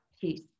peace